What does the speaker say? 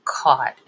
caught